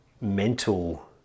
mental